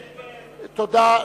תודה.